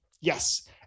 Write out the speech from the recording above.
Yes